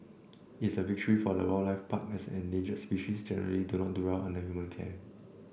it is a victory for the wildlife park as the endangered species generally do not do well under human care